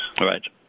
Right